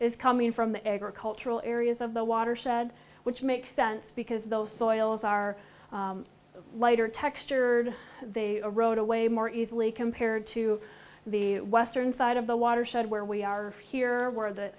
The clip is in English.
is coming from the agricultural areas of the watershed which makes sense because those soils are lighter textured they are rowed away more easily compared to the western side of the watershed where we are here where the